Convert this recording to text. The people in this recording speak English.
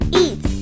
eat